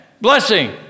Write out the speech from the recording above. blessing